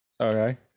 Okay